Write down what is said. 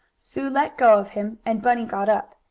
sue let go of him, and bunny got up.